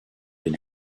den